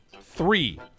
three